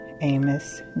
Amos